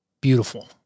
beautiful